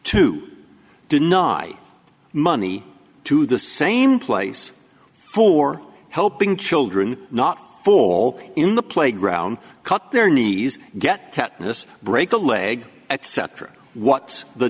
to deny money to the same place for helping children not fool in the playground cut their knees get this break a leg etc what's the